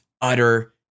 utter